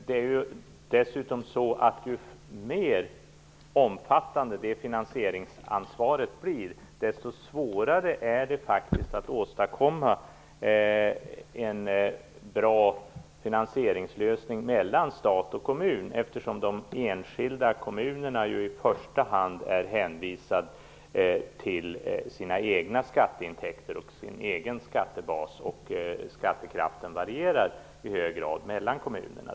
Det är dessutom så att ju mer omfattande det finansieringsansvaret blir, desto svårare är det att åstadkomma en bra finansieringslösning mellan stat och kommun. De enskilda kommunerna är ju i första hand hänvisade till sina egna skatteintäkter och sin egen skattebas, och skattekraften varierar i hög grad mellan kommunerna.